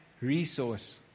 resource